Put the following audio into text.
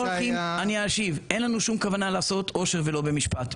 אין לנו שום כוונה לעשות עושר ולא במשפט.